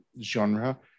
genre